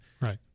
Right